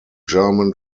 german